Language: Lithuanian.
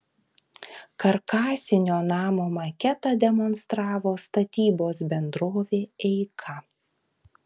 karkasinio namo maketą demonstravo statybos bendrovė eika